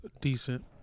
decent